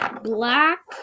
black